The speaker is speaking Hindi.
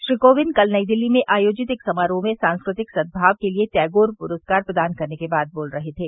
श्री कोविंद कल नई दिल्ली में आयोजित एक समारोह में सांस्कृतिक सदभाव के लिए टैगोर पुरस्कार प्रदान करने के बाद बोल रहे थे